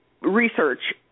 research